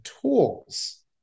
tools